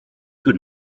good